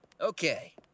Okay